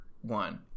one